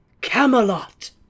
Camelot